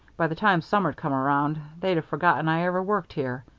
by the time summer'd come around, they'd have forgotten i ever worked here.